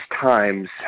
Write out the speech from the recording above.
times